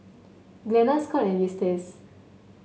Glenna Scot and Eustace